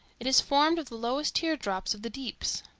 it is formed of the lowest teardrops of the deeps.